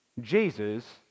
Jesus